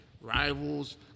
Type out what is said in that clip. Rivals